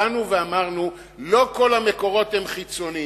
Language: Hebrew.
באנו ואמרנו שלא כל המקורות הם חיצוניים.